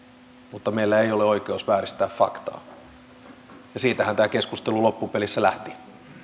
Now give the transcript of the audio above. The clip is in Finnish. mutta meillä ei ole oikeus vääristää faktaa siitähän tämä keskustelu loppupelissä lähti